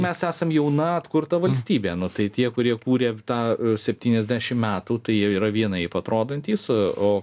mes esam jauna atkurta valstybė nu tai tie kurie kūrė tą septyniasdešim metų tai jie yra vienaip atrodantys o